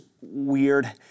weird